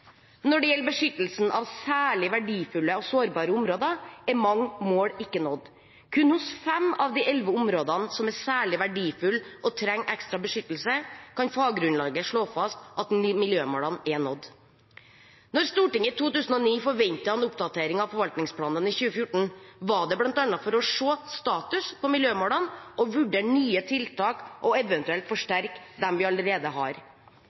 Når det gjelder beskyttelsen av særlig verdifulle og sårbare områder, er mange mål ikke nådd. Kun hos fem av de elleve områdene som er særlig verdifulle og trenger ekstra beskyttelse, kan faggrunnlaget slå fast at miljømålene er nådd. Når Stortinget i 2009 forventet en oppdatering av forvaltningsplanene i 2014, var det bl.a. for å se status på miljømålene og vurdere nye tiltak og eventuelt forsterke de vi allerede har.